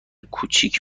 کوچک